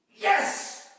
Yes